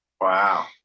Wow